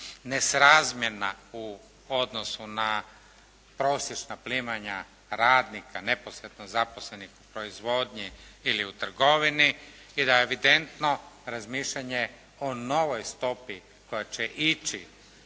nesrazmjerna u odnosu na prosječna primanja radnika neposredno zaposlenih u proizvodnji ili u trgovini i da je evidentno razmišljanje o novoj stopi koja će ići